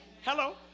Hello